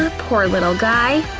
ah poor little guy.